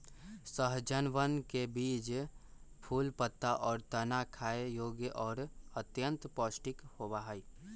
सहजनवन के बीज, फूल, पत्ता, और तना खाय योग्य और अत्यंत पौष्टिक होबा हई